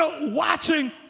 watching